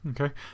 okay